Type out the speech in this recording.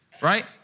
right